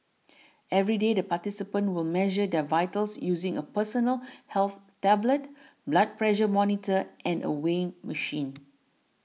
every day the participants will measure their vitals using a personal health tablet blood pressure monitor and a weighing machine